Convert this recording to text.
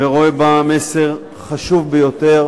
ורואה בה מסר חשוב ביותר